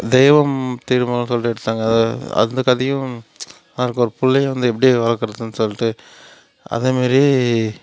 தெய்வத்திருமகள்ன்னு சொல்லிட்டு எடுத்தாங்க அந்த கதையும் அவனுக்கு ஒரு பிள்ளையும் எப்படி வளர்க்குறதுன்னு சொல்லிட்டு அதேமாரி